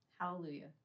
Hallelujah